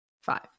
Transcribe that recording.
Five